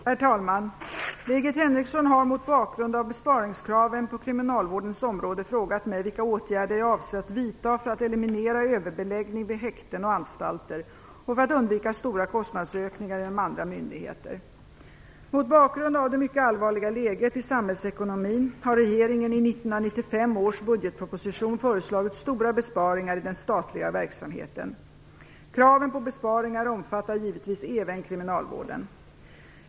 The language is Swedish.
Herr talman! Birgit Henriksson har, mot bakgrund av besparingskraven på kriminalvårdens område, frågat mig vilka åtgärder jag avser att vidta för att eliminera överbeläggning vid häkten och anstalter och för att undvika stora kostnadsökningar inom andra myndigheter. Mot bakgrund av det mycket allvarliga läget i samhällsekonomin har regeringen i 1995 års budgetproposition föreslagit stora besparingar i den statliga verksamheten. Kraven på besparingar omfattar givetvis även kriminalvården.